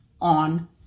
on